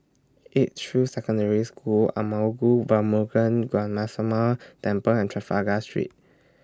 Edgefield Secondary School Arulmigu Velmurugan Temple and Trafalgar Street